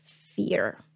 fear